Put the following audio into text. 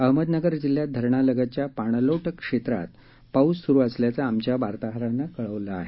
अहमदनगर जिल्ह्यात धरणालगतच्या पाणलोट क्षेत्रात पाऊस सुरु असल्याचं आमच्या वार्ताहरानं कळवलं आहे